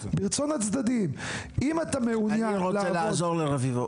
ברצון הצדדים אני רוצה לעזור לרביבו.